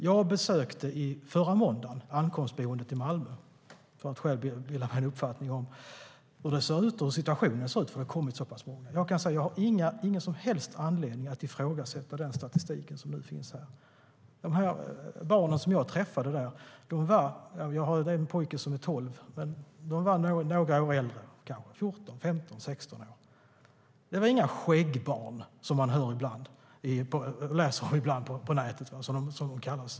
Jag besökte förra måndagen ankomstboendet i Malmö för att själv bilda mig en uppfattning om hur situationen ser ut, då det kommit så pass många, och jag har ingen som helst anledning att ifrågasätta den statistik som nu finns. Jag har en pojke som är 12 år. De barn som jag träffade var några år äldre, kanske 14, 15, 16 år. Det var inga "skäggbarn", som man läser ibland på nätet att de kallas.